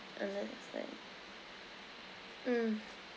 and then it's like mm